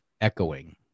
echoing